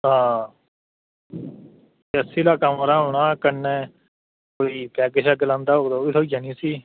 हां एसी आह्ला कमरा होना कन्नै कोई पैग्ग शैग्ग लांदा होग ते ओह् बी थ्होई जानी उस्सी